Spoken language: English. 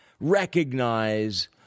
recognize